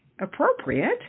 appropriate